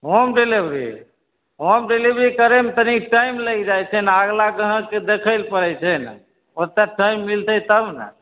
होम delivery home delivery करयमे तऽ तनी टाइम लागि जाइ छै ने अगला ग्राहकके देखय लए पड़ै छै ने ओतेक टाइम मिलतै तब ने